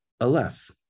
aleph